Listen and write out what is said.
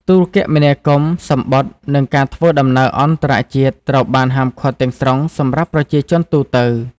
ទូរគមនាគមន៍ សំបុត្រ និងការធ្វើដំណើរអន្តរជាតិត្រូវបានហាមឃាត់ទាំងស្រុងសម្រាប់ប្រជាជនទូទៅ។